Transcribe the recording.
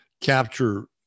capture